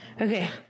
Okay